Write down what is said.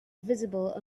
visible